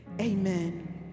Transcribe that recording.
amen